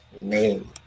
name